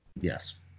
Yes